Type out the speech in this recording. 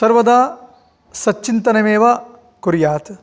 सर्वदा सच्चिन्तनमेव कुर्यात्